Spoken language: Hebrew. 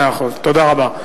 מאה אחוז, תודה רבה.